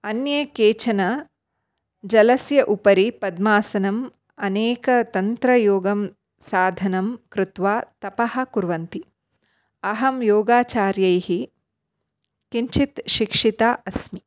अन्ये केचन जलस्य उपरि पद्मासनम् अनेकतन्त्रयोगं साधनं कृत्वा तपः कुर्वन्ति अहं योगाचार्यैः किञ्चित् शिक्षिता अस्मि